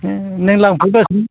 नों लांफैदो अह